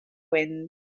wind